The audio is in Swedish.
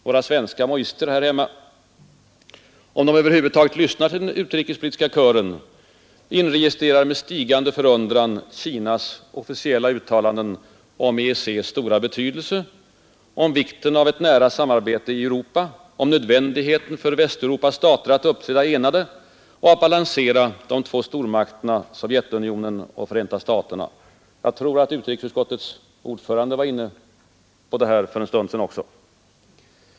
Våra svenska maoister här hemma — om de över huvud taget lyssnar till den utrikespolitiska kören inregistrerar med stigande förundran Kinas officiella uttalanden om EEC:s stora betydelse, om vikten av ett nära samarbete i Europa, om nödvändigheten för Västeuropas stater att uppträda enade och att balansera de två stormakterna Sovjetunionen och Förenta staterna. Jag tror att utrikesutskottets ordförande var inne på det här för en stund sedan också.